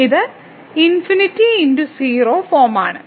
ഇത് ∞× 0 ഫോം ആണ്